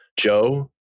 Joe